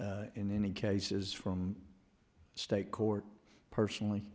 in any cases from state court personally